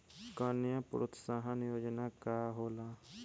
कन्या प्रोत्साहन योजना का होला?